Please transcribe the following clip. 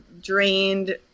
drained